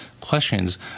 questions